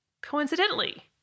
Coincidentally